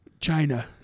China